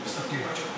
אנחנו מסתפקים בתשובה.